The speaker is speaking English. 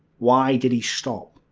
why did he stop?